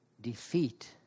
defeat